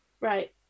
right